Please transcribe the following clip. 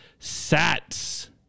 sats